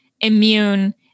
immune